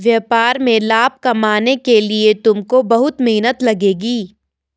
व्यापार में लाभ कमाने के लिए तुमको बहुत मेहनत लगेगी